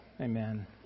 Amen